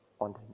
on